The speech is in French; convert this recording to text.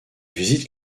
visite